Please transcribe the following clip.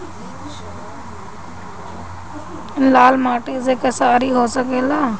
लाल माटी मे खेसारी हो सकेला?